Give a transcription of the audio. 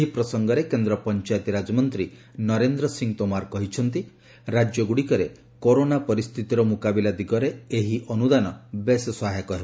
ଏହି ପ୍ରସଙ୍ଗରେ କେନ୍ଦ୍ର ପଞ୍ଚାୟତିରାକ ମନ୍ତ୍ରୀ ନରେନ୍ଦ୍ର ସିଂ ତୋମର କହିଛନ୍ତି ରାଜ୍ୟଗୁଡ଼ିକରେ କରୋନା ପରିସ୍ଥିତିର ମୁକାବିଲା ଦିଗରେ ଏହି ଅନୁଦାନ ବେଶ୍ ସହାୟକ ହେବ